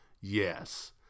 Yes